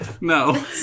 No